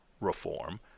reform